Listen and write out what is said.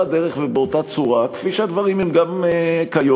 דרך ובאותה צורה כפי שהדברים הם גם כיום,